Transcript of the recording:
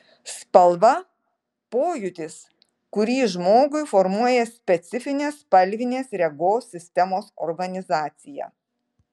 spalva pojūtis kurį žmogui formuoja specifinė spalvinės regos sistemos organizacija